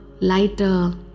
lighter